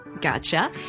Gotcha